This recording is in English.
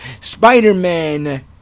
Spider-Man